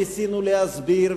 ניסינו להסביר,